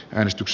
ristyks